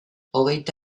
hogeita